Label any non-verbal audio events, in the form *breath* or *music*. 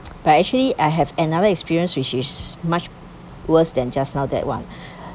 *noise* but actually I have another experience which is much worse than just now that one *breath*